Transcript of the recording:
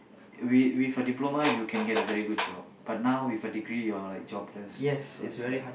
with with a diploma you can get a very good job but now with a degree you're like jobless so it's like